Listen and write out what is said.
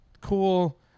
cool